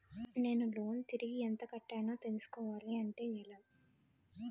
నేను లోన్ తిరిగి ఎంత కట్టానో తెలుసుకోవాలి అంటే ఎలా?